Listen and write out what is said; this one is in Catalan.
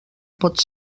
pot